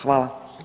Hvala.